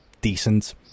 decent